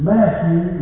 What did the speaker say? Matthew